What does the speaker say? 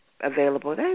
available